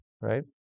right